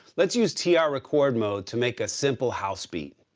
let's use tr-record mode to make a simple house beat.